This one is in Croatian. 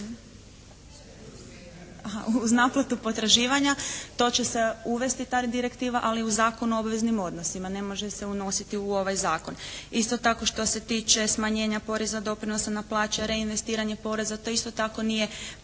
uz naplatu potraživanja. To će se uvesti ta direktiva, ali u Zakon o obveznim odnosima. Ne može se unositi u ovaj Zakon. Isto tako što se tiče smanjenja poreza doprinosa na plaće, reinvestiranje poreza, to isto tako nije